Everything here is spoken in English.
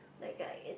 like uh it